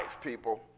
people